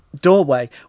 doorway